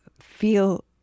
feel